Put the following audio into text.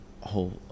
whole